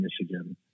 Michigan